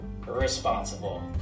responsible